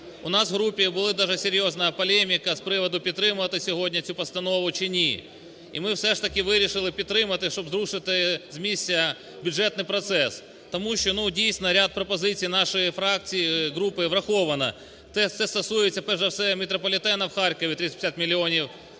У нас в групі була серйозна полеміка з приводу підтримувати сьогодні цю постанову чи ні, і ми все ж таки вирішили підтримати, щоб зрушити з місця бюджетний процес. Тому що, дійсно, ряд пропозицій нашої фракції, групи враховано, це стосується перш за все метрополітену в Харкові, 350 мільйонів гривень,